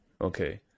okay